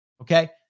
Okay